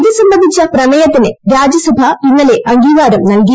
ഇത് സംബന്ധിച്ച പ്രമേയത്തിന് രാജ്യസഭ ഇന്നലെ അംഗീകാരം നൽകി